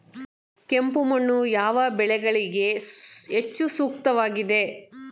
ಕೆಂಪು ಮಣ್ಣು ಯಾವ ಬೆಳೆಗಳಿಗೆ ಹೆಚ್ಚು ಸೂಕ್ತವಾಗಿದೆ?